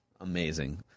Amazing